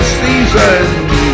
seasons